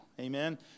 Amen